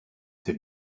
they